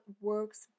works